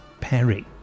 Perry